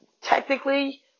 technically